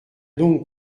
donc